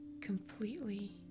completely